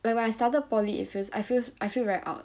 when I started poly it feels I feel I feel very out